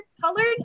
colored